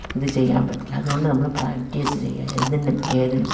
ഇതു ചെയ്യാൻ പറ്റില്ല അതു കൊണ്ട് നമ്മൾ പ്രാക്ടീസ് ചെയ്യുക ഏതിനും ഏതിനും